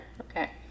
Okay